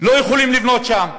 לא יכולים לבנות שם.